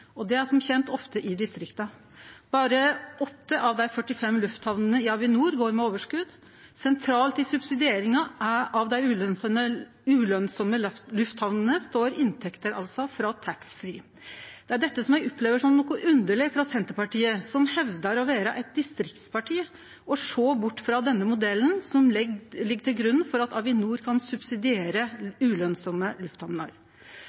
og det er som kjent ofte i distrikta. Berre 8 av dei 45 lufthamnene i Avinor går med overskot. Sentralt i subsidieringa av dei ulønsame lufthamnene står inntekter frå taxfree. Det er dette eg opplever som noko underleg frå Senterpartiet, som hevdar å vere eit distriktsparti – å sjå bort frå denne modellen som ligg til grunn for at Avinor kan subsidiere